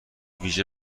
ویژه